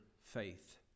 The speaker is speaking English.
faith